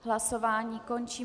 Hlasování končím.